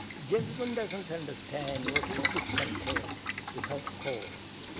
gentleman doesn't understand what is discontent without cause.